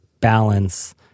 balance